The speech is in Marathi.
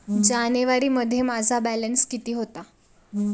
जानेवारीमध्ये माझा बॅलन्स किती होता?